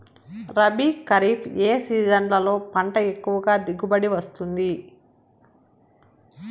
రబీ, ఖరీఫ్ ఏ సీజన్లలో పంట ఎక్కువగా దిగుబడి వస్తుంది